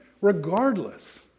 Regardless